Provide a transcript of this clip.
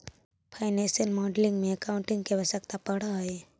financial modelling में accounting के आवश्यकता पड़ऽ हई